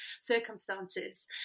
circumstances